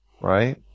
right